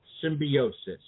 symbiosis